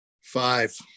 Five